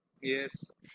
yes